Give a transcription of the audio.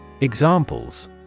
Examples